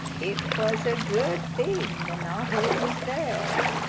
it was a good thing the knothole was there,